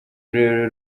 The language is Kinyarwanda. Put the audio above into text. rurerure